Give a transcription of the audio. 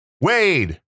Wade